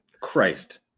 Christ